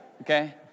Okay